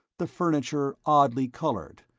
the furniture oddly colored,